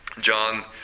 John